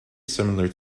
similar